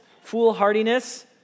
foolhardiness